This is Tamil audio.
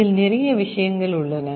இதில் நிறைய விஷயங்கள் உள்ளன